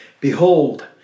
Behold